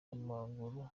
w’amaguru